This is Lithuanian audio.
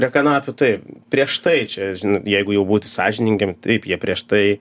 prie kanapių taip prieš tai čia žin jeigu jau būti sąžiningiem taip jie prieš tai